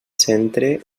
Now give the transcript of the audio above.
centre